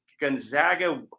Gonzaga